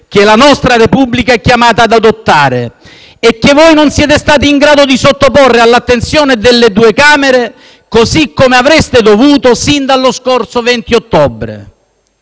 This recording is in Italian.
che la nostra Repubblica è chiamata ad adottare e che voi non siete stati in grado di sottoporre all'attenzione delle due Camere, così come avreste dovuto fare fin dallo scorso 20 ottobre.